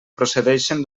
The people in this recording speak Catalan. procedeixen